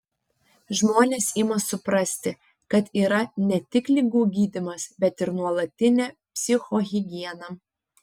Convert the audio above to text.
žmonės ima suprasti kad yra ne tik ligų gydymas bet ir nuolatinė psichohigiena